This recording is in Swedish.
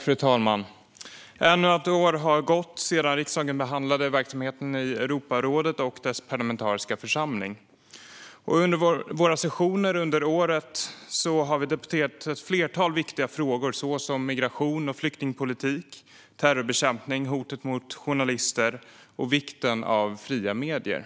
Fru talman! Ännu ett år har gått sedan riksdagen senast behandlade verksamheten i Europarådet och dess parlamentariska församling. Under våra sessioner under året har vi debatterat ett flertal viktiga frågor som migration och flyktingpolitik, terrorbekämpning, hotet mot journalister och vikten av fria medier.